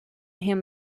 him